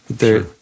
sure